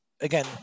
again